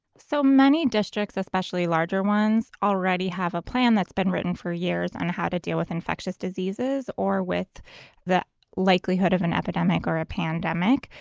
so many districts, especially larger ones, already have a plan that's been written for years on how to deal with infectious diseases or with the likelihood of an epidemic or a pandemic.